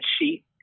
sheet